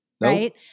right